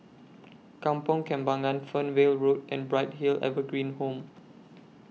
Kampong Kembangan Fernvale Road and Bright Hill Evergreen Home